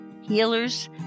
healers